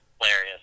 Hilarious